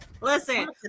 listen